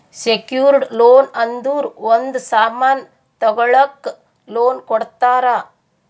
secured loan ಅಂದುರ್ ಒಂದ್ ಸಾಮನ್ ತಗೊಳಕ್ ಲೋನ್ ಕೊಡ್ತಾರ